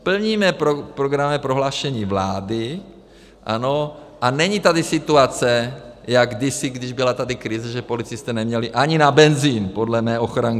Plníme programové prohlášení vlády, ano, a není tady situace jak kdysi, když byla tady krize, že policisté neměli ani na benzin podle mé ochranky.